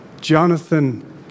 Jonathan